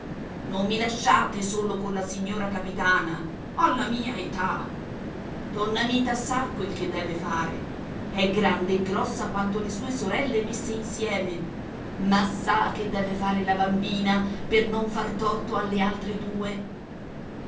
non mi lasciate solo con la signora capitana alla mia età donna mita sa quel che deve fare è grande e grossa quanto le sue sorelle messe insieme ma sa che deve fare la bambina per non far torto alle altre due